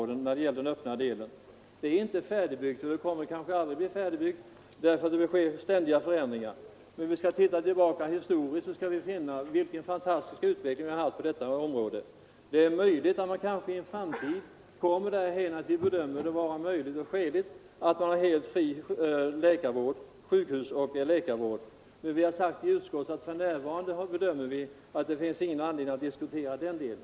Den är inte färdigbyggd och kommer kanske aldrig att bli färdigbyggd därför att det sker ständiga förändringar. Men ser vi tillbaka i tiden så skall vi finna vilken fantastisk utveckling som skett på detta område. Det är möjligt att man i framtiden kommer därhän att man bedömer det vara möjligt och skäligt att ha en helt fri sjukhusoch läkarvård. Vi har emellertid i utskottet sagt att det för närvarande inte finns någon anledning att diskutera den saken.